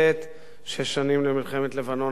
שש שנים למלחמת לבנון השנייה,